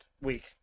week